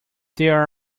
there